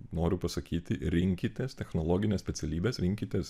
noriu pasakyti rinkitės technologines specialybes rinkitės